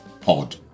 pod